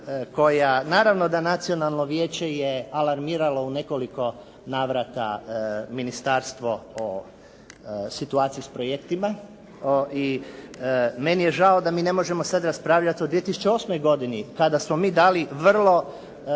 koja naravno da Nacionalno vijeće je alarmiralo u nekoliko navrata ministarstvo o situaciji s projektima i meni je žao da mi ne možemo sada raspravljati o 2008. godini kada smo mi dali vrlo